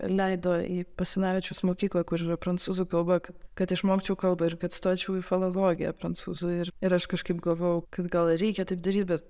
leido į basanavičiaus mokyklą kur yra prancūzų kalba kad išmokčiau kalbą ir kad stočiau į filologiją prancūzų ir aš kažkaip galvojau kad gal ir reikia taip daryt bet